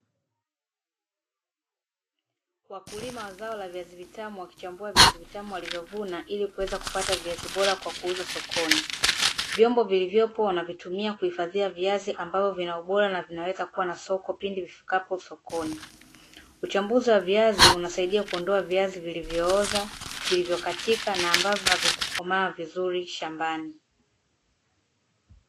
Wakulima wa zao la viazi vitamu wakichambua viazi vitamu walivyovuna ili kuweza kupata viazi bora kwa kuuza sokoni, vyombo vilivyopo wanavitumia kuhifadhia viazi ambavyo vina ubora na vinaweza kuwa na soko pindi vifikapo sokoni, uchambuzi wa viazi unasaidia kuondoa viazi vilivyooza, vilivyokatika na ambavyo havikukomaa vizuri shambani .